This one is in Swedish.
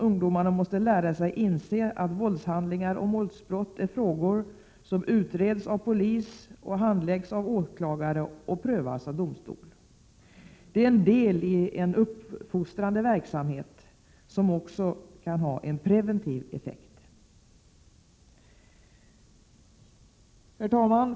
Ungdomar måste lära sig inse att våldshandlingar och våldsbrott är frågor som utreds av polis, handläggs av åklagare och prövas av domstol. Det är en deli en uppfostrande verksamhet som också kan ha en preventiv effekt. Herr talman!